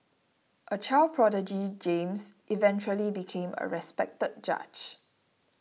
a child prodigy James eventually became a respected judge